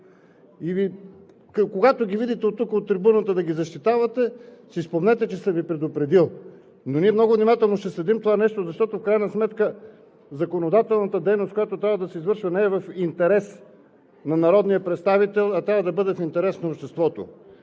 – когато ги видите от трибуната да ги защитават, си спомнете, че съм Ви предупредил. Ние внимателно ще следим това нещо, защото в крайна сметка законодателната дейност, която трябва да се извършва, не е в интерес на народния представител, а трябва да бъде в интерес на обществото.